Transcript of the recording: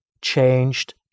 changed